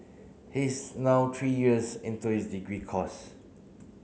he is now three years into his degree course